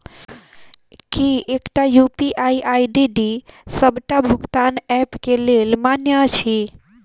की एकटा UPI ID डी सबटा भुगतान ऐप केँ लेल मान्य अछि?